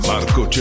Marco